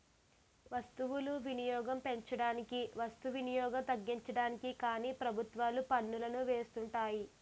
వస్తువులు వినియోగం పెంచడానికి వస్తు వినియోగం తగ్గించడానికి కానీ ప్రభుత్వాలు పన్నులను వేస్తుంటాయి